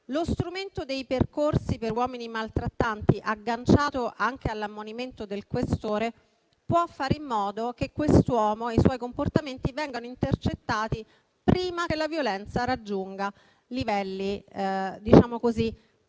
Lo strumento dei percorsi per uomini maltrattanti, agganciato anche all'ammonimento del questore, può fare in modo che i loro comportamenti vengano intercettati prima che la violenza raggiunga livelli drammatici.